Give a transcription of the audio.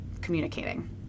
communicating